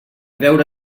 veure